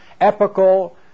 epical